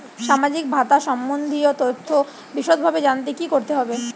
সামাজিক ভাতা সম্বন্ধীয় তথ্য বিষদভাবে জানতে কী করতে হবে?